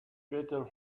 better